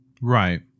Right